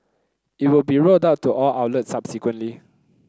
it will be rolled out to all outlets subsequently